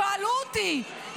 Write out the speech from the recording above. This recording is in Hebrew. שאלו אותי,